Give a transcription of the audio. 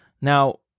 Now